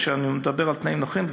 כאשר אני מדבר על תנאים נוחים,